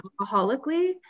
alcoholically